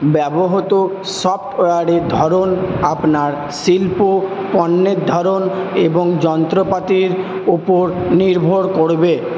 ব্যবহৃত সফ্টওয়্যারের ধরন আপনার শিল্প পণ্যের ধরন এবং যন্ত্রপাতির ওপর নির্ভর করবে